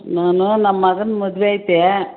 ನಾನು ನಮ್ಮ ಮಗನ ಮದುವೆ ಐತೆ